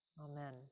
Amen